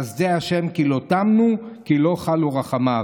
"חסדי ה' כי לא תמנו כי לא כלו רחמיו".